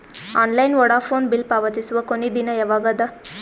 Online Vodafone bill ಪಾವತಿಸುವ ಕೊನಿ ದಿನ ಯವಾಗ ಅದ?